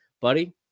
buddy